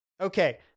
Okay